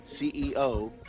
CEO